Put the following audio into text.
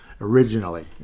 originally